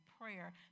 prayer